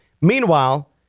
meanwhile